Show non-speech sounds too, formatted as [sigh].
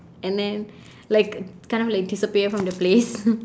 and then like kind of like disappear from the place [laughs]